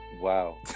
wow